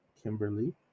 Kimberly